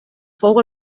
fou